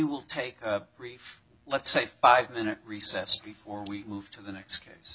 will take a brief let's say five minute recess before we move to the next case